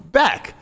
back